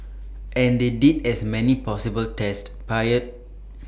and they did as many possible tests prior